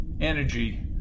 energy